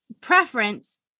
preference